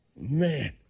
Man